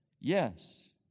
yes